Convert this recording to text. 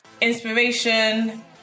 inspiration